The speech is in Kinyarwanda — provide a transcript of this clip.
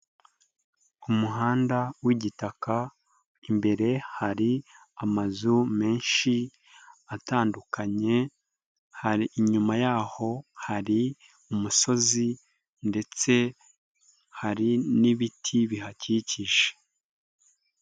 Umuhanda w'igitaka imbere hari amazu menshi atandukanye, hari inyuma y'aho hari umusozi ndetse hari n'ibiti bihakikije.